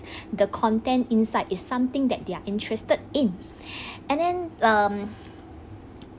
the content inside is something that they're interested in and then um